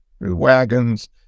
Wagons